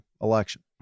election